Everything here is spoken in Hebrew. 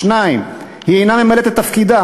2. היא אינה ממלאת את תפקידה,